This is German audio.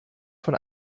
von